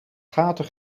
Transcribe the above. gaten